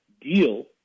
deal